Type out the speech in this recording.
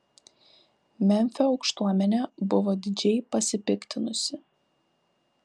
memfio aukštuomenė buvo didžiai pasipiktinusi